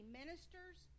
ministers